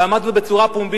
ואמר את זה בצורה פומבית,